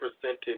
percentage